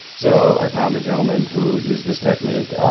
so, i found a gentleman who used this technique.